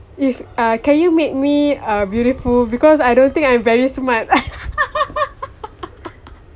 if uh can you make me uh beautiful because I don't think I'm very smart